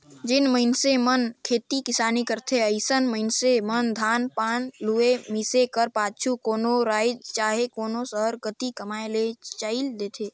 जेन मइनसे मन खेती किसानी करथे अइसन मइनसे मन धान पान लुए, मिसे कर पाछू कोनो राएज चहे कोनो सहर कती कमाए ले चइल देथे